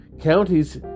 counties